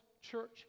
church